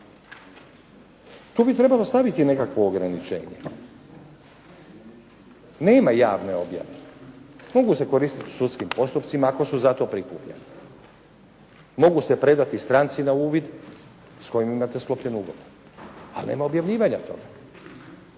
Tu bi trebalo staviti nekakvo ograničenje. Nema javne objave. Mogu se koristiti u sudskim postupcima ako su za to prikupljeni. Mogu se predati stranci na uvid s kojom imate sklopljen ugovor. Ali nema objavljivanja toga.